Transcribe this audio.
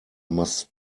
must